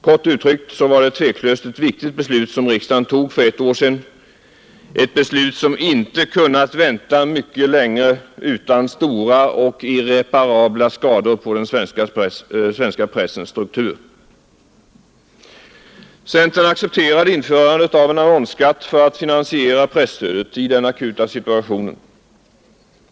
Kort uttryckt var det utan tvekan ett viktigt beslut som riksdagen fattade för ett år sedan, ett beslut som inte kunnat dröja mycket längre utan stora och irreparabla skador på den svenska pressens struktur. Centern accepterade införandet av en annonsskatt för att finansiera presstödet — i den akuta situationen.